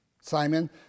Simon